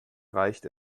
reicht